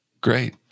Great